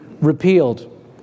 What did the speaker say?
repealed